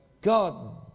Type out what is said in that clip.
God